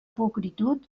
pulcritud